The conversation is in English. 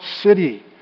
city